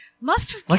Mustard